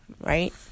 right